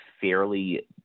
fairly